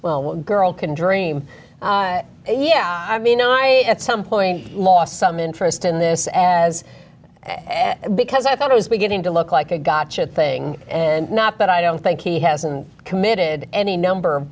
well girl can dream yeah i mean no i get some point lost some interest in this as because i thought i was beginning to look like a gotcha thing and not that i don't think he hasn't committed any number of